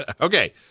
Okay